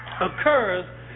Occurs